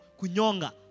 Kunyonga